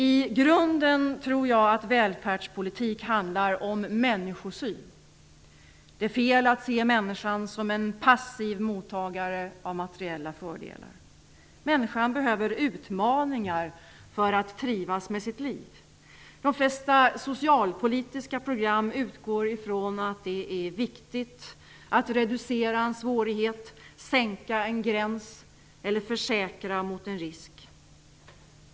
I grunden tror jag att välfärdspolitik handlar om människosyn. Det är fel att se människan som en passiv mottagare av materiella fördelar. Människan behöver utmaningar för att trivas med sitt liv. De flesta socialpolitiska program utgår ifrån att det är viktigt att reducera en svårighet, sänka en gräns eller försäkra mot en risk.